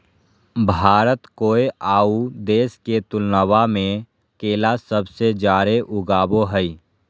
भारत कोय आउ देश के तुलनबा में केला सबसे जाड़े उगाबो हइ